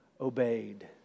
obeyed